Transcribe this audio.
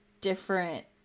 different